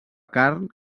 carn